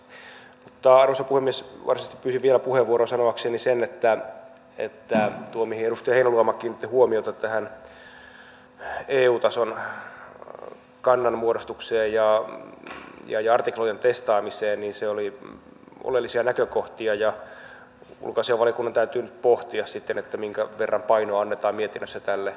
mutta arvoisa puhemies varsinaisesti pyysin vielä puheenvuoron sanoakseni sen että nuo mihin edustaja heinäluoma kiinnitti huomiota tämä eu tason kannanmuodostus ja artiklojen testaaminen olivat oleellisia näkökohtia ja ulkoasiainvaliokunnan täytyy nyt pohtia sitten minkä verran painoa annetaan mietinnössä tälle puolelle